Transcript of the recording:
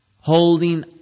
Holding